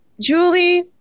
Julie